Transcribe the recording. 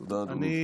תודה, אדוני.